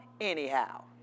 anyhow